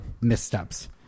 missteps